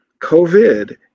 COVID